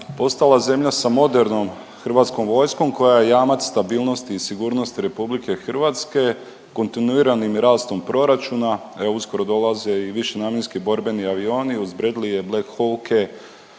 postala zemlja sa modernom Hrvatskom vojskom koja je jamac stabilnosti i sigurnosti RH kontinuiranim rastom proračuna. Evo uskoro dolaze i višenamjenski borbeni avioni uz Bradleya, Blac Hawke